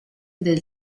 del